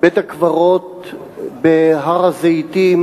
בית-הקברות בהר-הזיתים,